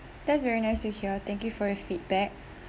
that's very nice to hear thank you for your feedback